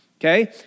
okay